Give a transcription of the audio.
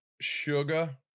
sugar